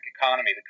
economy